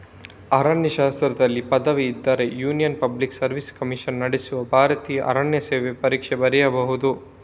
ಅರಣ್ಯಶಾಸ್ತ್ರದಲ್ಲಿ ಪದವಿ ಇದ್ರೆ union public service commission ನಡೆಸುವ ಭಾರತೀಯ ಅರಣ್ಯ ಸೇವೆ ಪರೀಕ್ಷೆ ಬರೀಬಹುದು